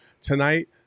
Tonight